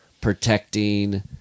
protecting